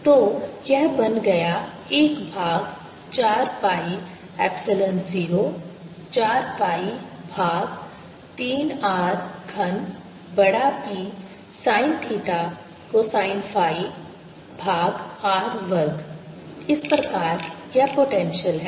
तो यह बन गया 1 भाग 4 pi एप्सिलॉन 0 4 pi भाग 3 R घन बड़ा P sin theta cosine phi भाग r वर्ग इस प्रकार यह पोटेंशियल है